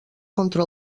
contra